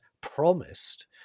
promised